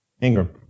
Ingram